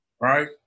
right